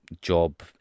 job